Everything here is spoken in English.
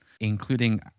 including